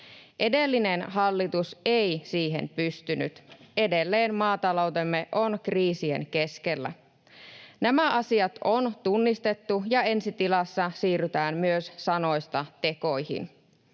Edellinen hallitus ei siihen pystynyt, edelleen maataloutemme on kriisien keskellä. Nämä asiat on tunnistettu, ja ensi tilassa myös siirrytään sanoista tekoihin.